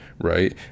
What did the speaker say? right